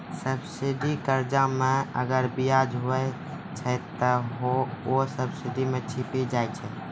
subsidy कर्जा मे अगर बियाज हुवै छै ते हौ सब्सिडी मे छिपी जाय छै